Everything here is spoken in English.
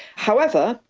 however,